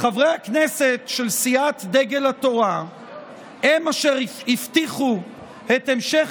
חברי הכנסת של סיעת דגל התורה הם אשר הבטיחו את המשך